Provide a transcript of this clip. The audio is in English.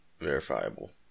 verifiable